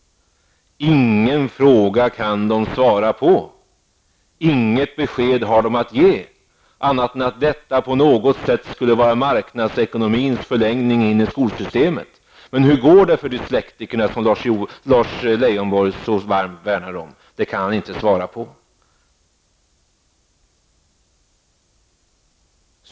Ingen fråga kan de svara på, inget besked har de att ge annat än att detta på något sätt skulle vara marknadsekonomins förlängning in i skolsystemet. Men hur går det för dyslektikerna, som Lars Leijonborg så varmt värnar om? Det kan han inte svara på.